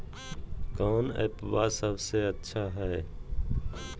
कौन एप्पबा सबसे अच्छा हय?